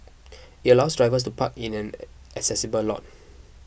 it allows drivers to park in an accessible lot